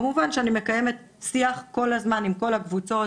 כמובן שאני מקיימת שיח כל הזמן עם כל הקבוצות,